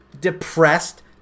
depressed